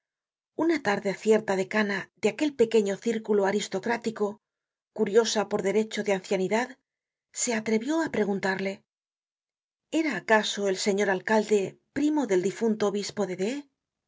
una tarde cierta decana de aquel pequeño círculo aristocrático curiosa por derecho de ancianidad se atrevió á preguntarle era acaso el señor alcalde primo del difunto obispo de